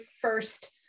first